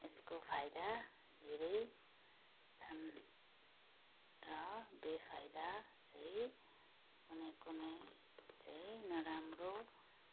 यसको फाइदा धेरै छन् र बेफाइदा चाहिँ कुनै कुनै चाहिँ नराम्रो